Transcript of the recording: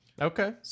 Okay